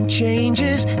changes